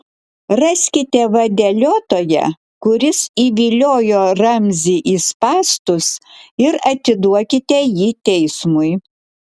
raskite vadeliotoją kuris įviliojo ramzį į spąstus ir atiduokite jį teismui